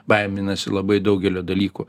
baiminasi labai daugelio dalykų